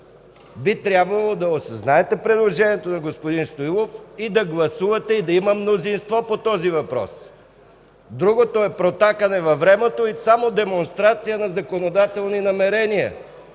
би трябвало да осъзнаете предложението на господин Стоилов, да гласувате и да има мнозинство по този въпрос. Другото е протакане във времето и само демонстрация на законодателни намерения.